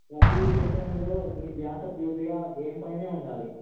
ప్రతి సెషన్లో మీ ధ్యాస పూర్తిగా గేమ్ పైనే ఉండాలి